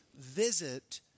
visit